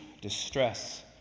distress